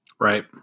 right